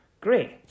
Great